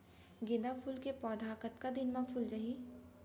गेंदा फूल के पौधा कतका दिन मा फुल जाही?